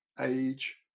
age